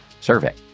survey